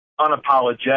unapologetic